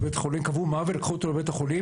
קבעו מוות ולקחו אותו לבית החולים.